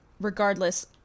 regardless